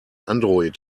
android